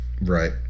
Right